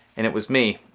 and it was me.